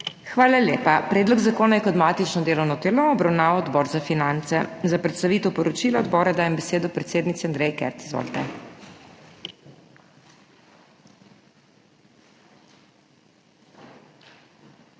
Hvala lepa. Predlog zakona je kot matično delovno telo obravnaval Odbor za finance. Za predstavitev poročila odbora dajem besedo predsednici Andreji Kert. Izvolite.